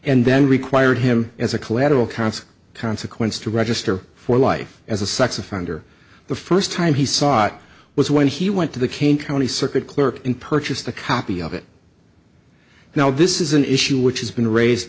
and then required him as a collateral counsel consequence to register for life as a sex offender the first time he saw it was when he went to the cane county circuit clerk in purchased a copy of it now this is an issue which has been raised